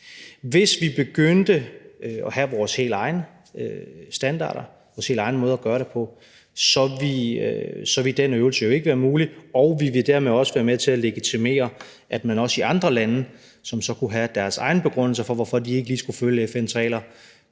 Hvis vi begyndte at have vores helt egne standarder og vores egen måde at gøre det på, ville den øvelse jo ikke være mulig, og vi ville dermed også være med til at legitimere, at man også i andre lande, som så kunne have deres egne begrundelser for, hvorfor de ikke lige skulle følge FN's regler,